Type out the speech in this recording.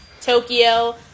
Tokyo –